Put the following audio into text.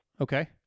Okay